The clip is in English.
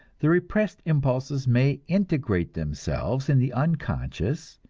the repressed impulses may integrate themselves in the unconscious,